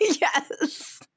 yes